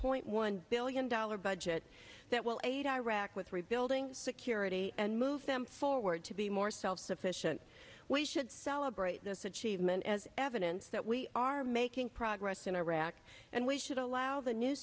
point one billion dollar budget that will aid iraq with rebuilding security and move them forward to be more self sufficient we should celebrate this achievement as evidence that we are making progress in iraq and we should allow the new